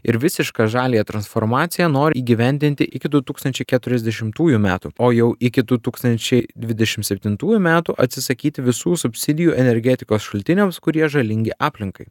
ir visišką žaliąją transformaciją nori įgyvendinti iki du tūkstančiai keturiasdešimtųjų metų o jau iki du tūkstančiai dvidešim septintųjų metų atsisakyti visų subsidijų energetikos šaltiniams kurie žalingi aplinkai